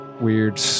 weird